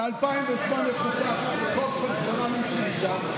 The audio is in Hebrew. ב-2008 חוקק חוק פרסונלי שאי-אפשר.